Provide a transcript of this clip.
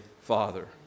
father